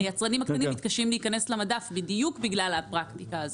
היצרנים הקטנים מתקשים להיכנס למדף בדיוק בגלל הפרקטיקה הזאת.